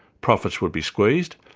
profits would be squeezed,